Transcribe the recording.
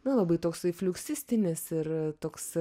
nu labai toksai fliuksistinis ir toks